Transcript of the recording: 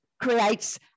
creates